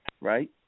right